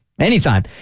anytime